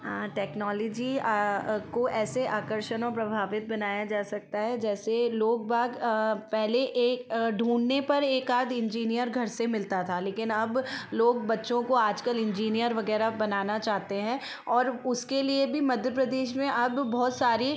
हाँ टेक्नोलजी को ऐसे आकर्षण और प्रभावित बनाया जा सकता है जैसे लोगबाग पहले एक ढूँढने पर एक आध इंजीनियर घर से मिलता था लेकिन अब लोग बच्चों को आजकल इंजीनियर वगैरह बनाना चाहते हैं और उसके लिए भी मध्य प्रदेश में अब बहुत सारी